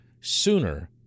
sooner